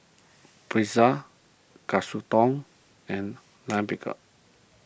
Pretzel Katsudon and Lime Pickle